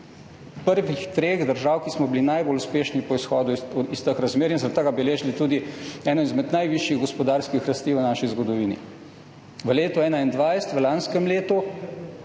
prvih treh držav, ki smo bili najbolj uspešni po izhodu iz teh razmer in zaradi tega beležili tudi eno izmed najvišjih gospodarskih rasti v naši zgodovini, v letu 2021, v lanskem letu